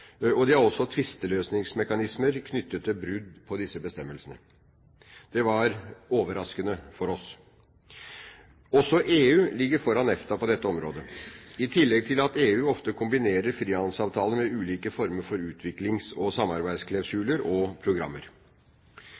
De har også tvisteløsningsmekanismer knyttet til brudd på disse bestemmelsene. Det var overraskende for oss. Også EU ligger foran EFTA på dette området, i tillegg til at EU ofte kombinerer frihandelsavtaler med ulike former for utviklings- og samarbeidsklausuler og programmer.